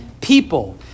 people